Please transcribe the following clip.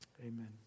amen